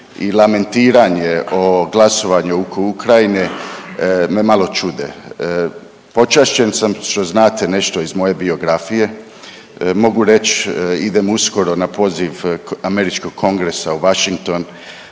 i lamentiranje o glasovanju oko Ukrajine me malo čude. Počašćen sam što znate nešto iz moje biografije, mogu reći, idem uskoro na poziv kod američkog Kongresa u Washington,